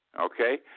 okay